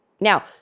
Now